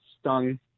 stung